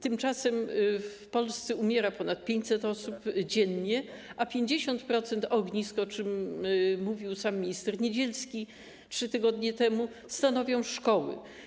Tymczasem w Polsce umiera ponad 500 osób dziennie, a 50% ognisk, o czym mówił sam minister Niedzielski 3 tygodnie temu, stanowią szkoły.